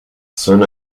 son